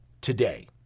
today